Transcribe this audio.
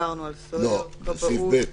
דיברנו על סוהר --- לא, בסעיף (ב)